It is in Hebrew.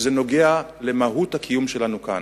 הוא נוגע במהות הקיום שלנו כאן,